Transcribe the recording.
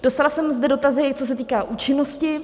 Dostala jsem zde dotazy, co se týká účinnosti.